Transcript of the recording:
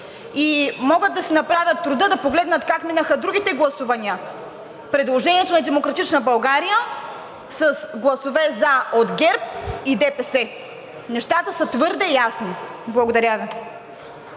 И могат да си направят труда да погледнат как минаха другите гласувания – предложението на „Демократична България“ с гласове за от ГЕРБ и ДПС. Нещата са твърде ясни! Благодаря Ви.